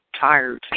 tired